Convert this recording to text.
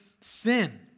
sin